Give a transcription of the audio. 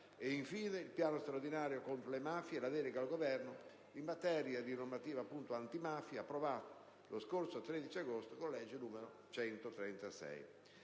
infine, il piano straordinario contro le mafie e la delega al Governo in materia di normativa antimafia, approvati con la legge 13 agosto 2010, n. 136.